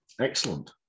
Excellent